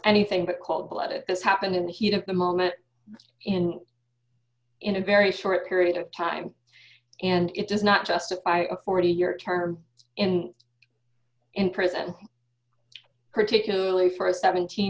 anything but cold blooded as happened in the heat of the moment in in a very short period of time and it does not justify a forty year term in in prison particularly for a seventeen